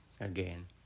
again